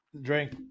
Drink